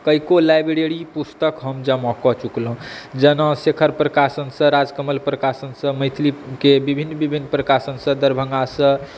कएको library पुस्तक हम जमा कऽ चुकलहुँ जेना शेखर प्रकाशनसँ राजकमल प्रकाशनसँ मैथिलीके विभिन्न विभिन्न प्रकाशनसँ दरभङ्गासँ